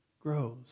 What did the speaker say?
grows